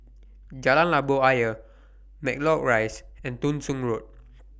Jalan Labu Ayer Matlock Rise and Thong Soon Road